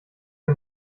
wir